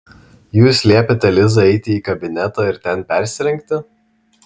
jūs liepėte lizai eiti į kabinetą ir ten persirengti